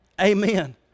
Amen